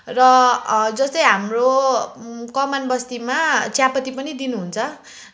र जस्तै हाम्रो कमानबस्तीमा चियापत्ती पनि दिनुहुन्छ